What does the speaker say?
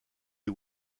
des